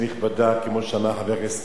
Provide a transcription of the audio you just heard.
כמו שאמר חבר הכנסת זבולון אורלב,